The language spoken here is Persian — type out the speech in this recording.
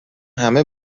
همه